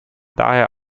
daher